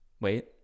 Wait